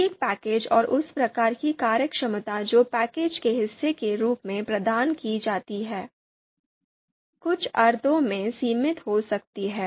प्रत्येक पैकेज और उस प्रकार की कार्यक्षमता जो पैकेज के हिस्से के रूप में प्रदान की जाती है कुछ अर्थों में सीमित हो सकती है